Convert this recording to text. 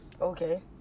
Okay